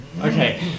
Okay